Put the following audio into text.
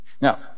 now